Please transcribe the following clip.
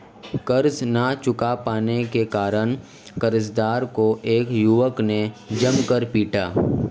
कर्ज ना चुका पाने के कारण, कर्जदार को एक युवक ने जमकर पीटा